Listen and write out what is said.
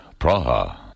Praha